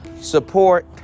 support